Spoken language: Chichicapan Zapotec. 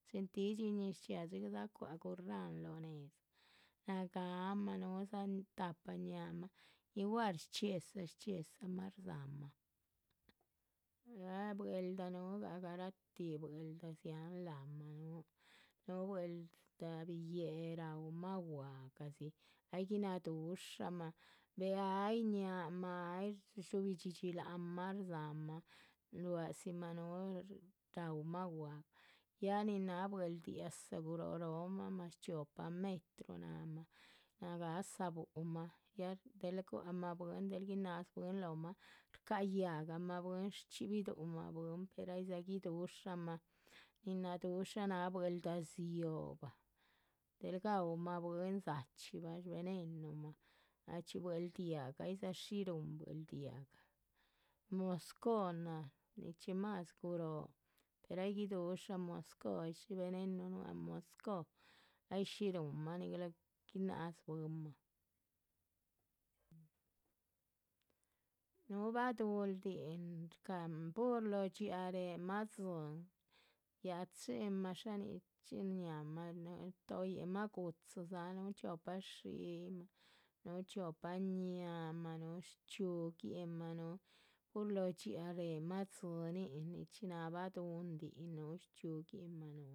Chin tídxi ñiz chxiaa dxigah dzáha cuáha gurráhn lóho néz, nagáamah núhudza tahpa ñáhaamah igual rchxíedza rchxíedzamah rdzámah, ya bwel’da núhugah garatih. bwel’da dziáhan láhamah núhu, núhu bwel’da biyéhe raumah gwahgadzi, aygui nadúshamah, beh ay ñáhaamah ay, rdhúbi dxídxi láhanmah, rdzáhama ruádzimah. núhu raúmah gwahga, ya nin náha bweldia´za guroh rohomah más chiopa metru náhamah, nagáhsa búhumah ya delah gua´c mah bwín del gináz b´win lóhomah. rcáha yáhgah mah bwín, shchxíbi duhumah bwín, per aydza gidushamah, nin náhadusha náha bwel´da dzióhobah del gaúmah bwín dza´chxi bah shvenenumah. ahchxi buel´diagah, aydza shí rúhunmah, buel´diagah, moscó náha nichxí más guróho per ahgui dúshamah moscó ay shí venenuh nuáha moscó ay shí ruhunmah. nigal guinádzu bwínmah núhu baduhundin nin shcáha pur lóho dxiáa réhemah dzíyin, yachinmah ya shá nichxín shñáhamah, shtóhoyinmah gu´dzidzahan chiopa shiyiih’ma. núhu chiopa ñáhaamah, núhu shchxíuguinmah, núhu pur lóho dxíaa réhema dzínin nichxí náha baduhundin núhu shchxíuguinmah núhu